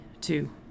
two